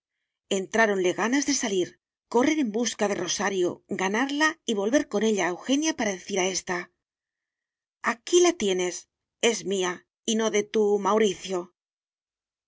entráronle ganas de salir correr en busca de rosario ganarla y volver con ella a eugenia para decir a ésta aquí la tienes es mía y no de tu mauricio